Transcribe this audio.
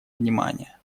внимания